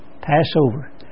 Passover